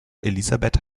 elisabeth